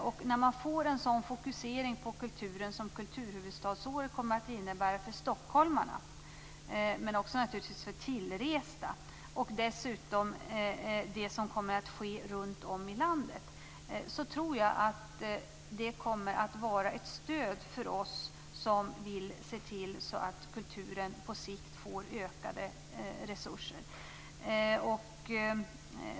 Kulturhuvudstadsåret kommer att innebära att man får en fokusering på kulturen för stockholmarna, men också naturligtvis för tillresta. Dessutom kommer det att ske saker runt om i landet. Jag tror att det kommer att vara ett stöd för oss som vill se till att kulturen på sikt får ökade resurser.